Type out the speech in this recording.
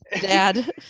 dad